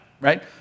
right